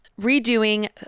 redoing